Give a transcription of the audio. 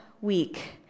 week